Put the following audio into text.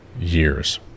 years